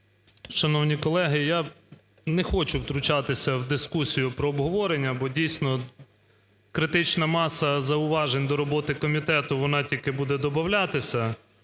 Шановні колеги, я не хочу втручатися в дискусію про обговорення, бо дійсно критична маса зауважень до роботи комітету, вона тільки буде добавлятися.